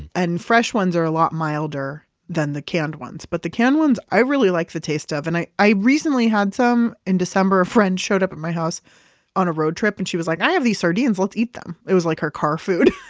and fresh ones are a lot milder than the canned ones. but the canned ones i really like the taste of. and i i recently had some, in december a friend showed up at my house on a road trip and she was like, i have these sardines. let's eat them. it was like her car food.